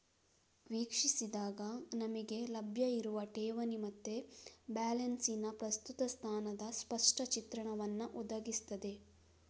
ವೀಕ್ಷಿಸಿದಾಗ ನಮಿಗೆ ಲಭ್ಯ ಇರುವ ಠೇವಣಿ ಮತ್ತೆ ಬ್ಯಾಲೆನ್ಸಿನ ಪ್ರಸ್ತುತ ಸ್ಥಾನದ ಸ್ಪಷ್ಟ ಚಿತ್ರಣವನ್ನ ಒದಗಿಸ್ತದೆ